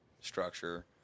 structure